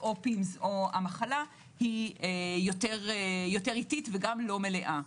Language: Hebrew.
או PIMS או המחלה היא יותר איטית וגם לא מלאה.